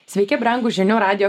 sveiki brangūs žinių radijo